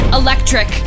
electric